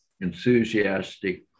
enthusiastic